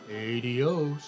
Adios